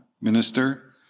Minister